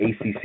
ACC